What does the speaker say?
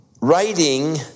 writing